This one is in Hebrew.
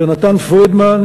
ליונתן פרידמן,